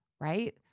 right